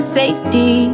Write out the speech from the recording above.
safety